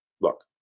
Look